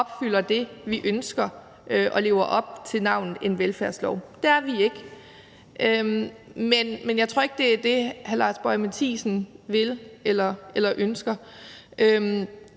opfylder det, vi ønsker, og lever op til navnet velfærdslov. Det er vi ikke. Men jeg tror ikke, det er det, hr. Lars Boje Mathiesen vil eller ønsker.